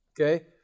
Okay